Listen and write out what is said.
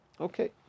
Okay